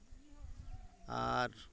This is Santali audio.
ᱟᱨ